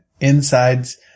insides